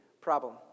problem